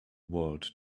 world